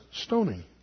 stoning